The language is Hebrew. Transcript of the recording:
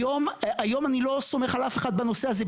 היום אני לא סומך על אף אחד בנושא הזה.